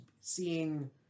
seeing